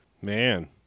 Man